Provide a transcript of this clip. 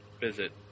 visit